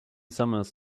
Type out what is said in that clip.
summers